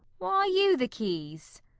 why you the keys?